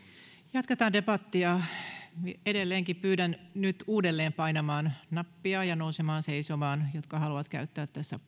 jatketaan debattia edelleenkin pyydän nyt uudelleen painamaan nappia ja nousemaan seisomaan niitä jotka haluavat käyttää tässä